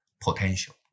potential